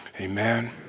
amen